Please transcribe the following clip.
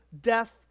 death